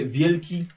wielki